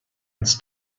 its